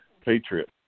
Patriot